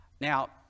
Now